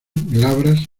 glabras